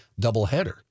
doubleheader